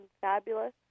fabulous